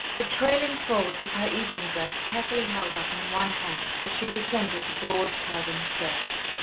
the trailing folds of her evening dress carefully held up in one hand as she descended the broad, curving stairs.